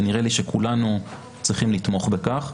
ונראה לי שכולנו צריכים לתמוך בכך.